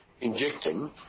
injecting